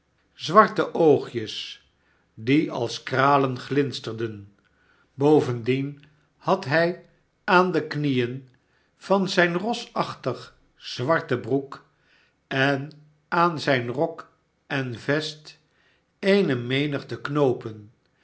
zwarte oogjes die als kralen glinsterden bovendien had hij aan de knieen van zijne rosachtig zwarte broek en aan zijn rok en vest r eene menigte knoopen